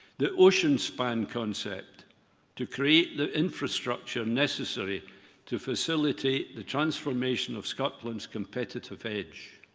the ocean span concept to create the infrastructure necessary to facilitate the transformation of scotland's competitive age.